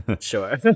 Sure